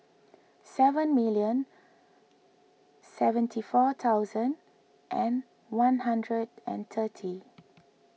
seven million seventy four thousand and one hundred and thirty